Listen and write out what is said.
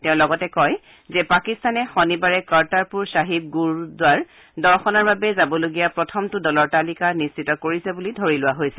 তেওঁ লগতে কয় যে পাকিস্তানে শনিবাৰে কৰ্টাৰপুৰ ছাহিব গুৰুদ্বাৰ দৰ্শনৰ বাবে যাবলগীয়া প্ৰথমটো দলৰ তালিকা নিশ্চিত কৰিছে বুলি ধৰি লোৱা হৈছে